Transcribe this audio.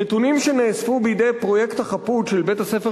נתונים שנאספו בידי "פרויקט החפות" של בית-הספר